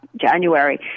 January